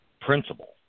principle